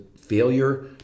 failure